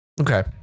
Okay